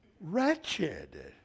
wretched